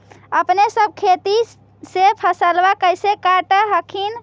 अपने सब खेती के फसलबा कैसे काट हखिन?